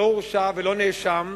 לא הורשע ולא נאשם,